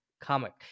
comic